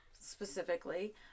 specifically